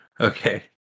Okay